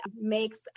makes